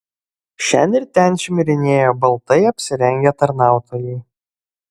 šen ir ten šmirinėjo baltai apsirengę tarnautojai